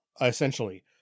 essentially